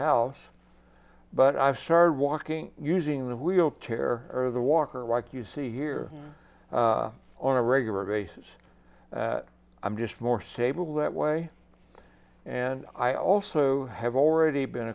house but i've started walking using the wheelchair or the walker like you see here on a regular basis i'm just more stable that way and i also have already been